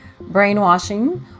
brainwashing